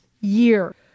year